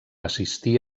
assistí